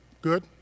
good